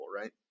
right